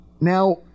Now –